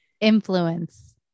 influence